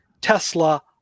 tesla